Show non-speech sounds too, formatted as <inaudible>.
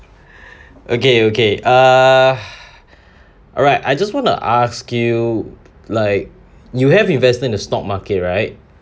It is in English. <breath> okay okay err alright I just want to ask you like you have invested in the stock market right